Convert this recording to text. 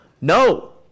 No